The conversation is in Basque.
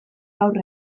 gaur